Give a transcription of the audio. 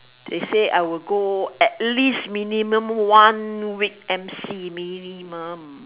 they say I will go at least minimum one week M_C minimum